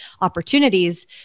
opportunities